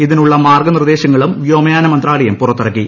ഇതിനുള്ള മാർഗ്ഗനിർദ്ദേശങ്ങളും വ്യോമയാന മന്ത്രാലയം പുറത്തിറക്കി